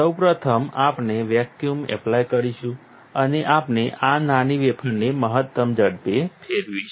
સૌ પ્રથમ આપણે વેક્યુમ એપ્લાય કરીશું અને આપણે આ નાની વેફરને મહત્તમ ઝડપે ફેરવીશું